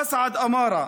אסעד אמארה,